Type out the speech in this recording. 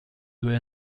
due